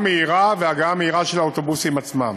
מהירה ולהגעה מהירה של האוטובוסים עצמם.